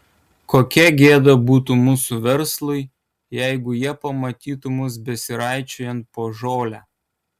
kokia gėda būtų mūsų verslui jeigu jie pamatytų mus besiraičiojant po žolę